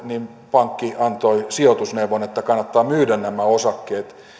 pankki antoi sijoitusneuvon että kannattaa myydä nämä osakkeet